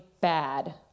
bad